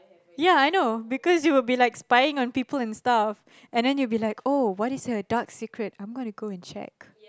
ya I know because you will be like spying on people and stuff and then you will be like oh what is their dark secret I'm gonna go and check